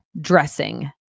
dressing